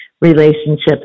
relationships